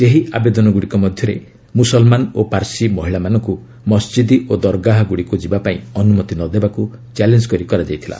ସେହି ଆବେଦନଗୁଡ଼ିକ ମଧ୍ୟରେ ମୁସଲ୍ମାନ ଓ ପାର୍ଶି ମହିଳାମାନଙ୍କୁ ମସ୍ଜିଦ୍ ଓ ଦର୍ଘାଗୁଡ଼ିକୁ ଯିବାପାଇଁ ଅନୁମତି ନ ଦେବାକୁ ଚ୍ୟାଲେଞ୍ କରି କରାଯାଇଥିଲା